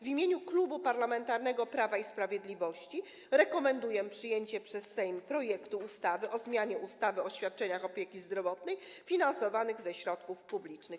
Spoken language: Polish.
W imieniu Klubu Parlamentarnego Prawo i Sprawiedliwość rekomenduję przyjęcie przez Sejm projektu ustawy o zmianie ustawy o świadczeniach opieki zdrowotnej finansowanych ze środków publicznych.